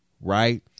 Right